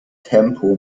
tempo